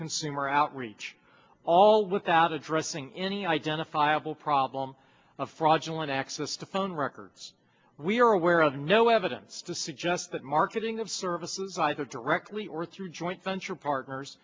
consumer outreach all without addressing any identifiable problem of fraudulent access to phone records we are aware of no evidence to suggest that marketing of services either directly or through joint venture partners